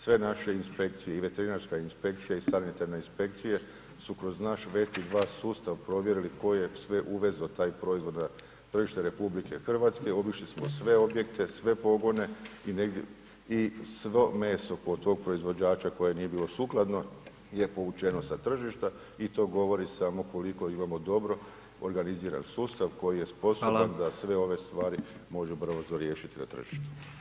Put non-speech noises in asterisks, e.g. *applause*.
Sve naše inspekcije i veterinarska injekcija i sanitarne inspekcije su kroz naš ... *unintelligible* sustav provjerili tko je sve uvezao taj proizvod na tržište RH, obišli smo sve objekte, sve pogone i svo meso kod tog proizvođača koje nije bilo sukladno je povučeno sa tržišta i to govori samo koliko imamo dobro organiziran sustav koji je sposoban da sve ove stvari može brzo riješiti na tržištu.